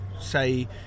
say